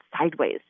sideways